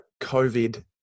COVID